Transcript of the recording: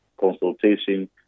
consultation